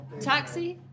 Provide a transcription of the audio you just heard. Taxi